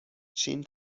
چین